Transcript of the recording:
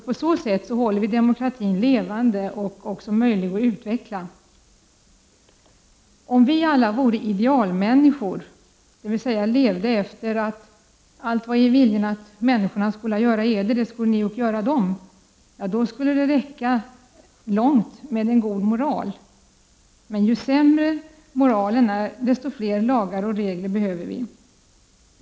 På så sätt håller vi demokratin levande och också möjlig att utveckla. Om vi alla vore idealmänniskor, dvs. levde efter regeln att ”allt vad I viljen att människorna skola göra eder, det skolen I ock göra dem”, då skulle det räcka långt med en god moral. Men ju sämre moralen är, desto fler lagar och regler behöver vi.